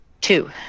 Two